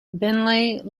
beenleigh